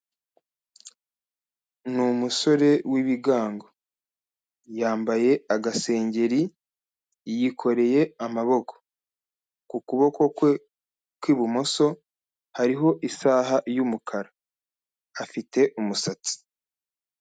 Ni umusore w'ibigango, yambaye agaseri, yikoreye amaboko, ku kuboko kwe kw'ibumoso hariho isaha y'umukara, afite umusatsi.